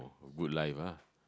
oh good life ah